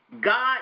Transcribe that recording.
God